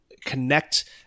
connect